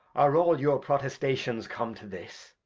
are all your protestations come to this?